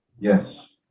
Yes